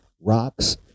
rocks